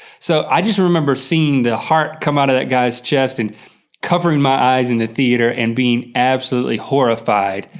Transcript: so i just remember seeing the heart come out of that guy's chest and covering my eyes in the theater and being absolutely horrified.